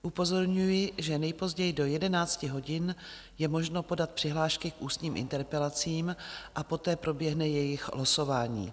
Upozorňuji, že nejpozději do 11 hodin je možno podat přihlášky k ústním interpelacím a poté proběhne jejich losování.